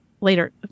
later